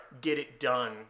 get-it-done